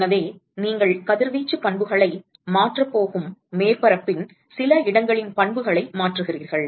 எனவே நீங்கள் கதிர்வீச்சு பண்புகளை மாற்றப் போகும் மேற்பரப்பின் சில இடங்களின் பண்புகளை மாற்றுகிறீர்கள்